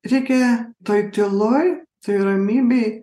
reikia toj tyloj toj ramybėj